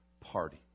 party